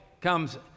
comes